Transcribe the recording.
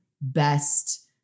best